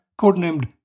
codenamed